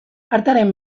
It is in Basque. artearen